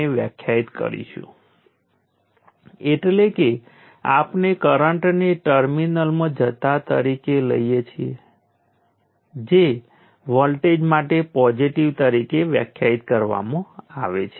તેથી પહેલાની જેમ આ થોડું જટિલ લાગે છે પરંતુ મહત્વની વાત એ છે કે આ પણ પોઝિટિવ અથવા નેગેટિવ હોઈ શકે છે